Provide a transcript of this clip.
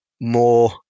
more